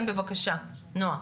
כן, בבקשה, נועה.